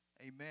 Amen